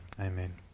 Amen